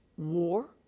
war